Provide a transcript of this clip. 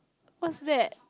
what's that